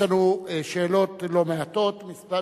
יש לנו שאלות לא מעט מצד